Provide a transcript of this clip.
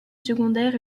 secondaire